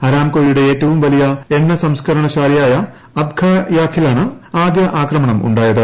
ആരാംകോയുടെ ഏറ്റവും വലിയ എണ്ണ സംസ്കരണശാലയായ അബ്ഖ്യാഖിലാണ് ആദ്യ ആക്രമണം ഉണ്ടായത്